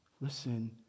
Listen